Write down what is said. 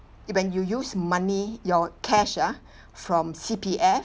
you when you use money your cash ah from C_P_F